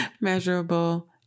measurable